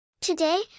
Today